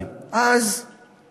תודה, אדוני.